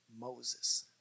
Moses